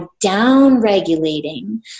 down-regulating